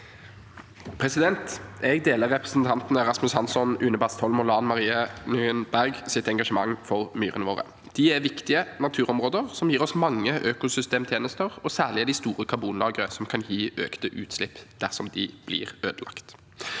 Jeg deler representantene Rasmus Hansson, Une Bastholm og Lan Marie Nguyen Bergs engasjement for myrene våre. De er viktige naturområder som gir oss mange økosystemtjenester, og særlig er de store karbonlagre som kan gi økte utslipp dersom de blir ødelagt.